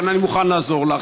אבל אני מוכן לעזור לך,